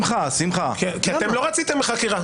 אתם לא רציתם חקירה.